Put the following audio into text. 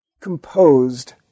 composed